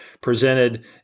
presented